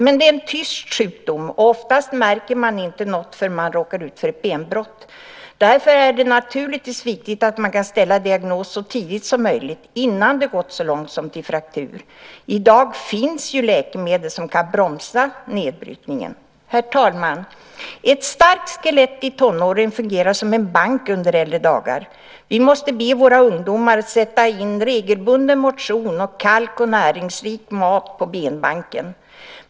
Men det är en tyst sjukdom, och oftast märker man inte något förrän man råkar ut för ett benbrott. Därför är det naturligtvis viktigt att man kan ställa diagnos så tidigt som möjligt innan det gått så långt som till fraktur. I dag finns ju läkemedel som kan bromsa nedbrytningen. Herr talman! Ett starkt skelett i tonåren fungerar som en bank under äldre dagar. Vi måste be våra ungdomar att sätta in regelbunden motion och kalk och näringsrik mat på benbanken.